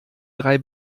drei